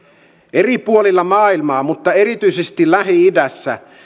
eri puolilla maailmaa mutta erityisesti lähi idässä